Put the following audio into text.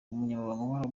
muri